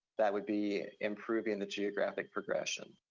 that would be improving the geographic progression.